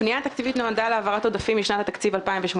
הפנייה התקציבית נועדה להעברת עודפים משנת התקציב 2018